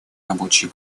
рабочей